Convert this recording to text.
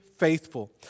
faithful